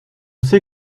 sais